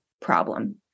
problem